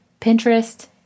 Pinterest